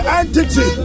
entity